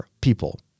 people